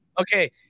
Okay